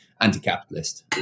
anti-capitalist